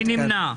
מי נמנע?